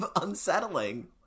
unsettling